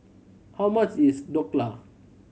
how much is Dhokla